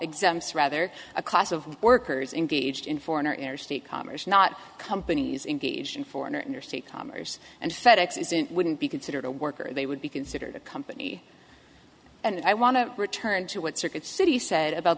exams rather a class of workers in gauged in foreign or interstate commerce not companies engaged in foreign or interstate commerce and fed ex it wouldn't be considered a worker they would be considered a company and i want to return to what circuit city said about